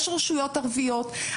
יש רשויות ערביות,